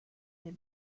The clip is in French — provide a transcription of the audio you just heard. les